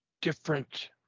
different